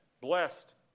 blessed